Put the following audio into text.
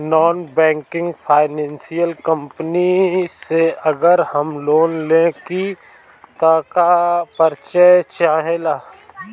Non banking financial company से अगर हम लोन लि त का का परिचय चाहे ला?